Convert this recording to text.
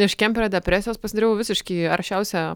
iš kemperio depresijos pasidariau visiškai aršiausia